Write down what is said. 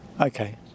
Okay